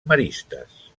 maristes